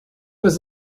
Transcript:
was